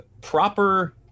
proper